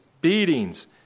beatings